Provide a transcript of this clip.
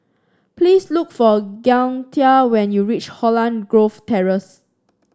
please look for Gaither when you reach Holland Grove Terrace